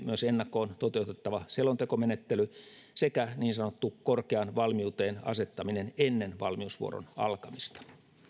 myös ennakkoon toteutettava selontekomenettely sekä niin sanottu korkeaan valmiuteen asettaminen ennen valmiusvuoron alkamista